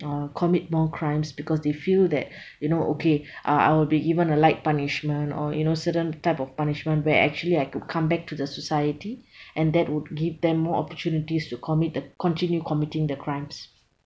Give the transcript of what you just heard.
uh commit more crimes because they feel that you know okay uh I will be given a light punishment or you know certain type of punishment where actually I could come back to the society and that would give them more opportunities to commit the continue committing the crimes